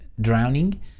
drowning